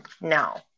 no